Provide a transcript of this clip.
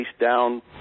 down